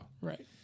Right